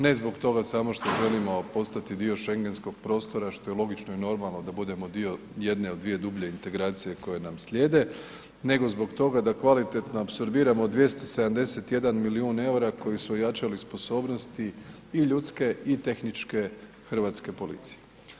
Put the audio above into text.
Ne zbog toga samo što želimo postati dio Schengenskog prostora što je logično i normalno da budemo dio jedne od dvije dublje integracije koje nam slijede, nego zbog toga da kvalitetno apsorbiramo 271 milijun EUR-a koji su ojačali sposobnosti i ljudske i tehničke hrvatske policije.